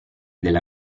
della